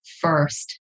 first